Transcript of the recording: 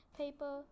paper